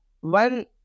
one